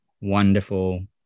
wonderful